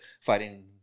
fighting